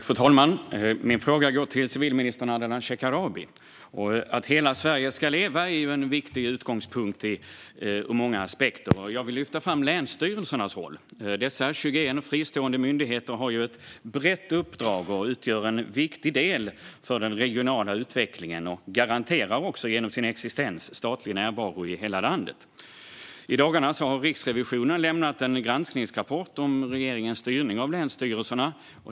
Fru talman! Min fråga går till civilminister Ardalan Shekarabi. Att hela Sverige ska leva är en viktig utgångspunkt ur många aspekter. Jag vill lyfta fram länsstyrelsernas roll. Dessa 21 fristående myndigheter har ett brett uppdrag och utgör en viktig del för den regionala utvecklingen. De garanterar också genom sin existens statlig närvaro i hela landet. I dagarna har Riksrevisionen lämnat en granskningsrapport om regeringens styrning av länsstyrelserna.